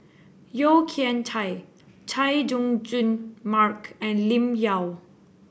Yeo Kian Chai Chay Jung Jun Mark and Lim Yau